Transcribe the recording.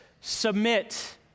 submit